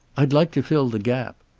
i'd like to fill the gap.